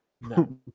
No